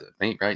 right